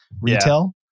retail